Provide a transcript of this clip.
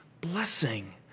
blessing